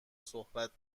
صحبت